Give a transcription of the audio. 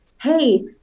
hey